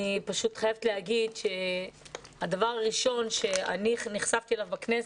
אני חייבת להגיד שהדבר הראשון שאני נחשפתי אליו בכנסת,